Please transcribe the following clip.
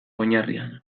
oinarrian